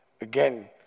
Again